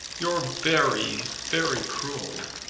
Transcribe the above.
you're very, very cruel.